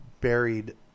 buried